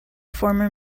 former